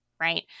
right